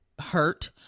hurt